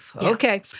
Okay